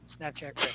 Snapchat